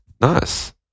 Nice